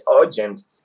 urgent